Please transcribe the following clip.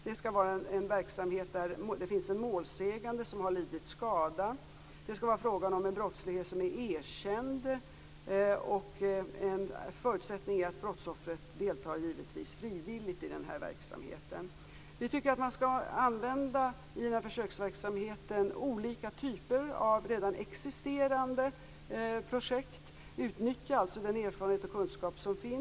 Det skall vara en verksamhet där det finns en målsägande som har lidit skada. Det skall vara fråga om en brottslighet som är erkänd. En förutsättning är givetvis att brottsoffret deltar frivilligt i verksamheten. Vi tycker att man i försöksverksamheten skall använda olika typer av redan existerande projekt. Man skall alltså utnyttja den erfarenhet och kunskap som finns.